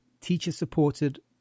teacher-supported